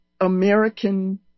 American